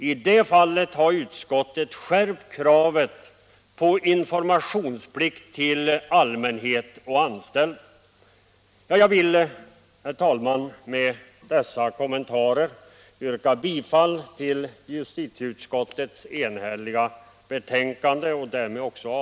I det fallet har utskottet skärpt kravet på informationsplikt till allmänhet och anställda.